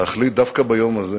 ולהחליט דווקא ביום הזה